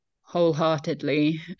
wholeheartedly